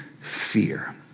Fear